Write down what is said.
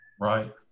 Right